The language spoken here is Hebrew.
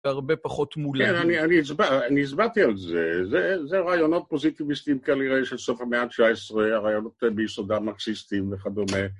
והרבה פחות מולה. כן, אני הצבעתי, אני הצבעתי על זה, זה רעיונות פוזיטימיסטיים כנראה של סוף המאה התשע עשרה, רעיונות ביסודם מרקסיסטים וכדומה.